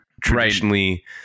traditionally